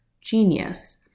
Genius